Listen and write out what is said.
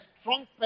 strong